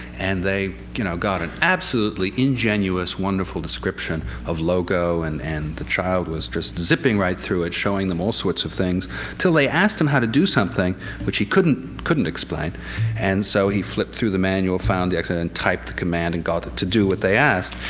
and they you know got an absolutely ingenuous, wonderful description of logo. and and the child was just zipping right through it, showing them all sorts of things until they asked him how to do something which he couldn't couldn't explain and so he flipped through the manual, found the explanation and typed the command and got it to do what they asked.